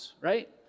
right